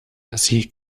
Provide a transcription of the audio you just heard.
sie